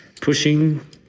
pushing